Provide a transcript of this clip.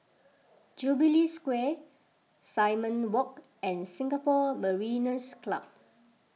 Jubilee Square Simon Walk and Singapore Mariners' Club